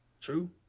True